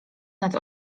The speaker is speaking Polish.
nad